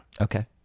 Okay